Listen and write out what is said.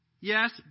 Yes